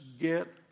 get